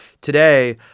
today